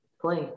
play